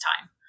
time